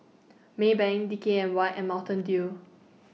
Maybank D K N Y and Mountain Dew